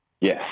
yes